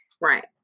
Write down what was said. Right